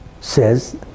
says